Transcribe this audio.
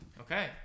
Okay